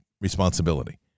responsibility